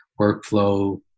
workflow